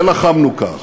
ולחמנו כך,